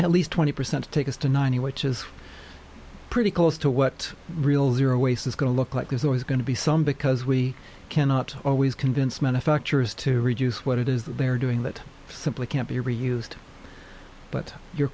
at least twenty percent take us to ninety which is pretty close to what real zero waste is going to look like there's always going to be some because we cannot always convince manufacturers to reduce what it is that they are doing that simply can't be re used but your